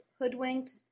Hoodwinked